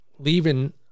leaving